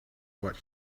what